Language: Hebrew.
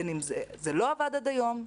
זה לא עבד עד היום,